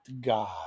God